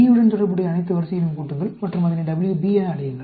B உடன் தொடர்புடைய அனைத்து வரிசைகளையும் கூட்டுங்கள் மற்றும் அதனை WB என அழையுங்கள்